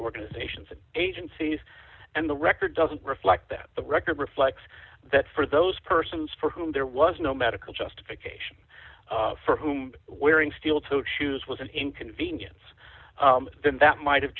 organizations and agencies and the record doesn't reflect that the record reflects that for those persons for whom there was no medical justification for whom wearing steel toed shoes was an inconvenience then that might have